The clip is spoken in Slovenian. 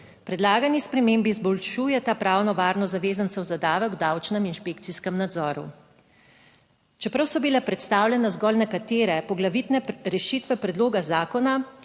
Predlagani spremembi izboljšujeta pravno varnost zavezancev za davek v davčnem inšpekcijskem nadzoru. Čeprav so bile predstavljene zgolj nekatere poglavitne rešitve predloga zakona,